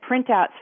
printouts